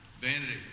Vanity